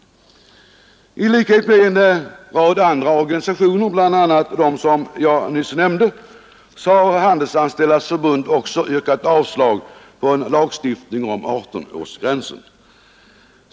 I likhet med en rad andra organisationer, bl.a. dem jag nyss nämnde, har Handelsanställdas förbund också yrkat avslag på en lagstiftning om 18-årsgränsen.